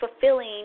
fulfilling